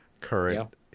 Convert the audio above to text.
current